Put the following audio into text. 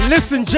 Listen